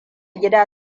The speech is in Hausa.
gida